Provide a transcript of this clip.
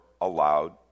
allowed